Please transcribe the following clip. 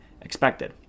expected